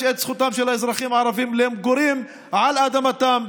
את זכותם של האזרחים הערבים למגורים על אדמתם,